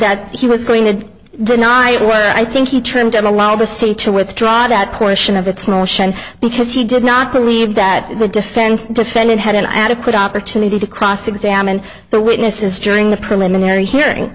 that he was going to deny it where i think he turned down a lot of the state to withdraw that portion of its motion because he did not believe that the defense defendant had an adequate opportunity to cross examine the witnesses during the preliminary hearing